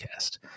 podcast